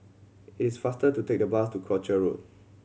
it is faster to take the bus to Croucher Road